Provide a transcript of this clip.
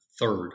Third